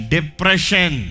Depression